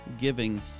giving